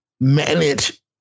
manage